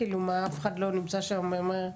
אף אחד לא נמצא שם ואומר,